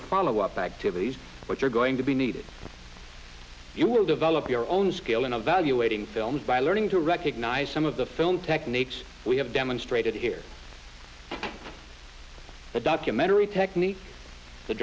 of follow up activities which are going to be needed you will develop your own skill in evaluating films by learning to recognize some of the film techniques we have demonstrated here the documentary technique the